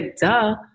duh